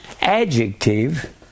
adjective